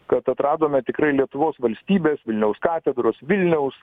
kad atradome tikrai lietuvos valstybės vilniaus katedros vilniaus